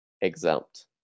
exempt